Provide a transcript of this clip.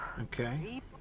Okay